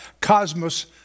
Cosmos